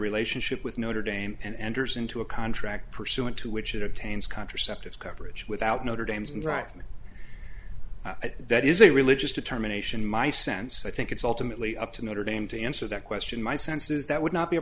relationship with notre dame and enters into a contract pursuant to which it obtains contraceptive coverage without notre dame's and rightly that is a religious determination my sense i think it's ultimately up to notre dame to answer that question my sense is that would not be a